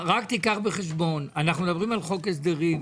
רק תיקח בחשבון: אנחנו מדברים על חוק ההסדרים,